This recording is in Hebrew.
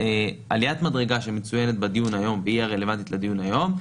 עליית מדרגה שמצוינת בדיון היום והיא הרלוונטית לדיון היום,